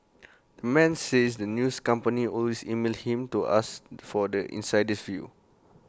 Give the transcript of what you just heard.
the man says that news companies always email him to ask for the insider's view